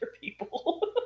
people